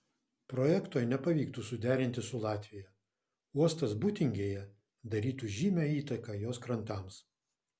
projekto nepavyktų suderinti su latvija uostas būtingėje darytų žymią įtaką jos krantams